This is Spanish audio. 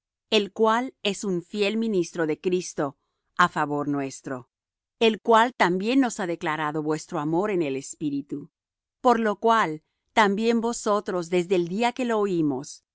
el cual es un fiel ministro de cristo á favor vuestro el cual también nos ha declarado vuestro amor en el espíritu por lo cual también nosotros desde el día que lo oímos